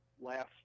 last